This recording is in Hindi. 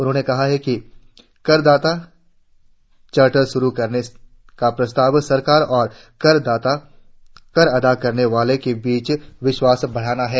उन्होंने यह भी कहा कि करदाता चार्टर शुरु करने का प्रस्ताव सरकार और कर अदा करने वालों के बीच विश्वास बढ़ाना है